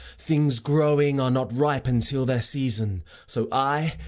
things growing are not ripe until their season so i,